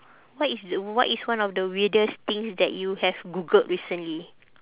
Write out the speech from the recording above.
what is the what is one of the weirdest things that you have googled recently